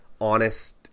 honest